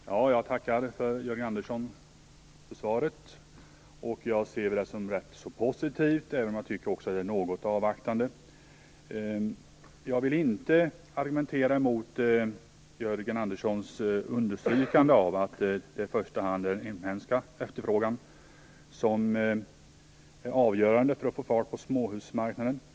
Fru talman! Jag tackar Jörgen Andersson för svaret. Jag ser det som rätt positivt, även om det är något avvaktande. Jag vill inte argumentera mot Jörgen Anderssons understrykande av att det i första hand är den inhemska efterfrågan som är avgörande för att få fart på småhusmarknaden.